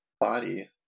body